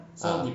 ah